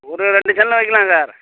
ஒரு ரெண்டு கல் வெக்கலாம் சார்